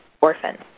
orphans